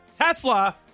Tesla